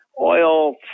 oil